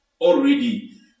already